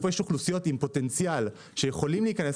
איפה יש אוכלוסיות עם פוטנציאל שיכולות להיכנס